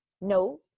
no